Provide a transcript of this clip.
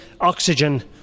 oxygen